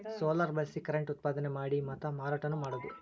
solar ಬಳಸಿ current ಉತ್ಪಾದನೆ ಮಾಡಿ ಮಾತಾ ಮಾರಾಟಾನು ಮಾಡುದು